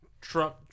Trump